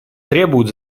требует